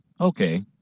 Okay